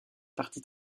parti